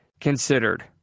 considered